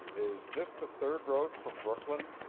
is this the third road from brooklyn?